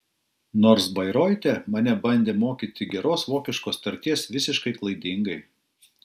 nors bairoite mane bandė mokyti geros vokiškos tarties visiškai klaidingai